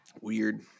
Weird